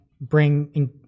bring